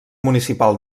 municipal